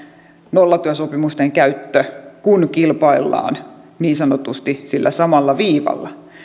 nollatyösopimusten käyttö kun kilpaillaan niin sanotusti sillä samalla viivalla